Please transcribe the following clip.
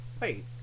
wait